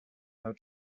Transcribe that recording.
how